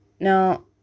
Now